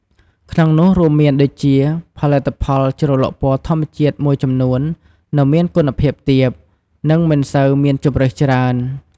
ក្នុងនោះរួមមានដូចជា ផលិតផលជ្រលក់ពណ៌ធម្មជាតិមួយចំនួននៅមានគុណភាពទាប និងមិនសូវមានជម្រើសច្រើន ។